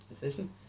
decision